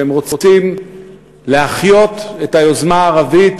שהם רוצים להחיות את היוזמה הערבית,